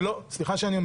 לא הבינו